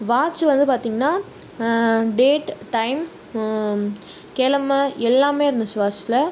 watch வந்து பார்த்தீங்கன்னா date time கிழமை எல்லாமே இருந்துச்சு வாட்ச்சில்